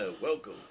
Welcome